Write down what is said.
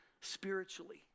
spiritually